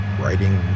writing